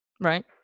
right